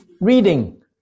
reading